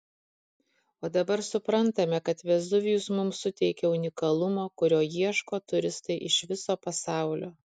o dabar suprantame kad vezuvijus mums suteikia unikalumo kurio ieško turistai iš viso pasaulio